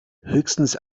höchstens